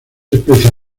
especies